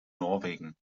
norwegen